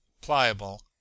PLIABLE